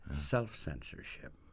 self-censorship